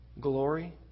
glory